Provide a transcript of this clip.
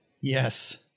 yes